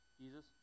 Jesus